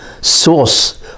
source